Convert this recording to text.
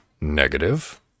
negative